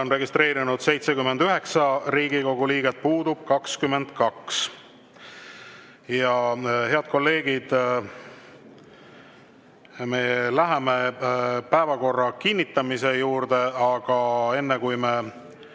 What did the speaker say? on registreerunud 79 Riigikogu liiget, puudub 22. Head kolleegid, läheme päevakorra kinnitamise juurde. Aga enne, kui me